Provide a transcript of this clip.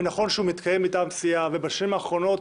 ונכון שהוא מתקיים מטעם סיעה, ובשנים האחרונות